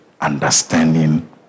understanding